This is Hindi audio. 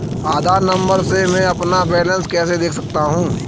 आधार नंबर से मैं अपना बैलेंस कैसे देख सकता हूँ?